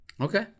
Okay